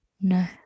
no